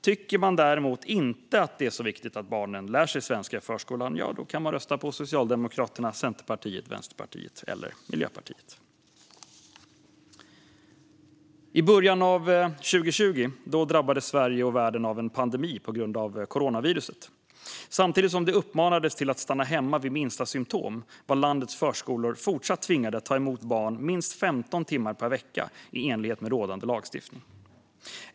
Tycker man däremot inte att det är så viktigt att barnen ska lära sig svenska i förskolan, ja, då röstar man på Socialdemokraterna, Centerpartiet, Vänsterpartiet eller Miljöpartiet. I början av 2020 drabbades Sverige och världen av en pandemi på grund av coronaviruset. Samtidigt som vi uppmanades att stanna hemma vid minsta symtom var landets förskolor tvingade att fortsätta ta emot barn minst 15 timmar per vecka i enlighet med rådande lagstiftning.